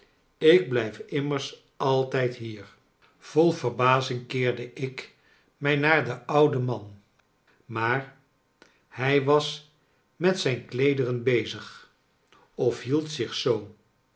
ik blijf immers altijd hier vol verbazing keerde ik mij naar den ouden man maar hij was met zijne kleederen bezig of hield zich zoo